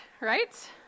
right